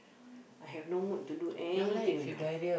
I have no mood to do anything also